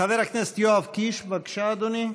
חבר הכנסת יואב קיש, בבקשה, אדוני.